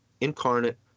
incarnate